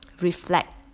reflect